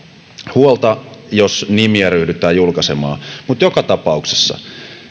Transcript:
huolta jos nimiä ryhdytään julkaisemaan joka tapauksessa